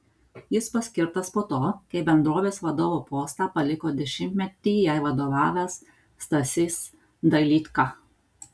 jis paskirtas po to kai bendrovės vadovo postą paliko dešimtmetį jai vadovavęs stasys dailydka